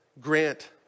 grant